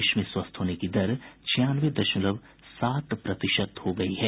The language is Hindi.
देश में स्वस्थ होने की दर छियानवे दशमलव सात प्रतिशत हो गई है